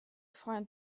find